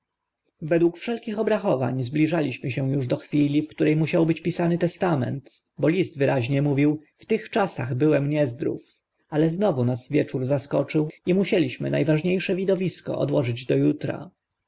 według wszelkich obrachowań zbliżaliśmy się uż do chwili w które musiał być pisany testament bo list wyraźnie mówił w tych czasach byłem niezdrów ale znowu nas wieczór zaskoczył i musieliśmy na ważnie sze widowisko odłożyć do utra